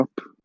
up